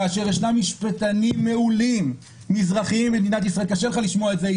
כאשר ישנם משפטנים מעולים מזרחיים במדינת ישראל קשה לך לשמוע את זה,